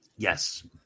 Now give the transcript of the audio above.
Yes